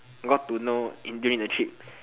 got to know during the trip